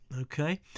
okay